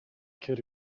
kid